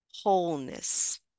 wholeness